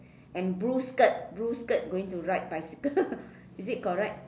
and blue skirt blue skirt going to ride bicycle is it correct